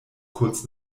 kurz